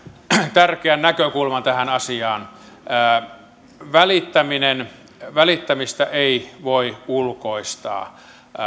tärkeän näkökulman tähän asiaan välittämistä ei voi ulkoistaa